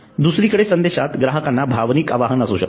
दुसरीकडे संदेशात ग्राहकांना भावनिक आवाहन असू शकते